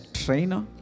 trainer